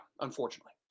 unfortunately